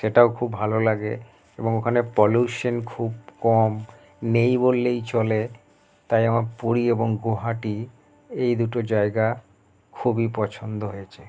সেটাও খুব ভালো লাগে এবং ওখানে পলিউশন খুব কম নেই বললেই চলে তাই আমার পুরী এবং গুয়াহাটি এই দুটি জায়গা খুবই পছন্দ হয়েছে